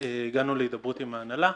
הגענו להידברות עם ההנהלה.